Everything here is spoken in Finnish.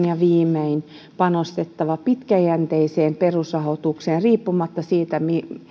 ja viimein panostettava pitkäjänteiseen perusrahoitukseen riippumatta siitä